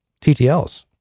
TTLs